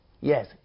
Yes